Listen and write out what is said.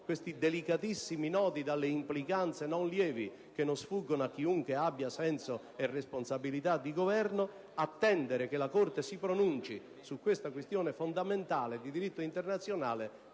questi delicatissimi nodi dalle implicanze non lievi, che non sfuggono a chiunque abbia senso e responsabilità di Governo; attendere che la Corte si pronunci su questa questione fondamentale di diritto internazionale,